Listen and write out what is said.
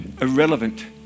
irrelevant